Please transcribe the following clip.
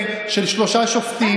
פעם אחר פעם,